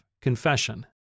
Confession